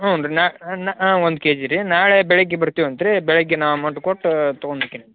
ಹ್ಞೂ ರೀ ನಾ ನಾ ಒಂದು ಕೆಜಿ ರೀ ನಾಳೆ ಬೆಳಗ್ಗೆ ಬರ್ತೀವಂತ್ರೀ ಬೆಳಗ್ಗೆ ನಾ ಅಮೌಂಟ್ ಕೊಟ್ಟು ತಗೊಂಡು ಹೊಗ್ತಿನಿ